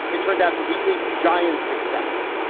it turned out to be a giant success.